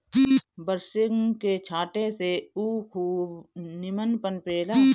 बरसिंग के छाटे से उ खूब निमन पनपे ला